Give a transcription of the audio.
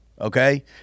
okay